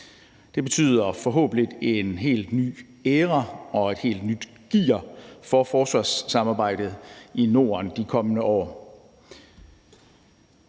Det betyder forhåbentlig en helt ny æra og et helt nyt gear for forsvarssamarbejdet i Norden de kommende år.